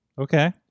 Okay